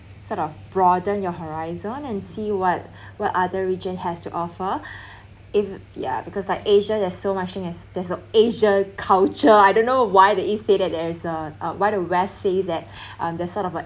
sort of broaden your horizon and see what what other region has to offer if ya because like asia there's so much thing as there's a asia culture I don't know why the east said that there is a uh why the west says that um there's sort of a